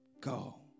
go